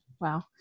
wow